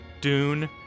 Dune